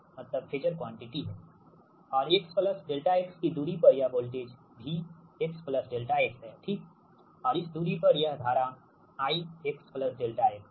और x ∆x की दूरी पर यह वोल्टेज V x ∆x हैठीक और इस दूरी पर यहाँ धारा I x ∆x है